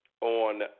on